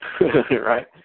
right